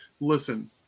Listen